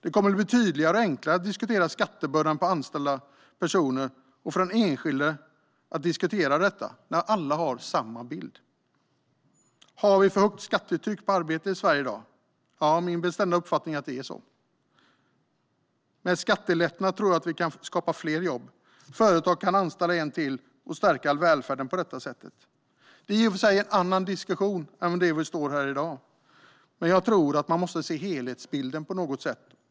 Det kommer också att bli tydligare och enklare att diskutera skattebördan för anställda personer och för den enskilde när alla har samma bild. Har vi för högt skattetryck på arbete i Sverige i dag? Ja, min bestämda uppfattning är att det är så. Med en skattelättnad tror jag att vi kan skapa fler jobb. Företag kan då anställa en till och stärka välfärden på detta sätt. Det är i och för sig en annan diskussion än den som vi har här i dag. Men jag tror att man måste se helhetsbilden på något sätt.